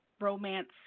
romance